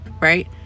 right